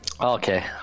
okay